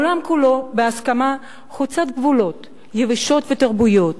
העולם כולו, בהסכמה חוצת גבולות, יבשות ותרבויות,